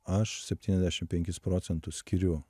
aš septyniasdešim penkis procentus skiriu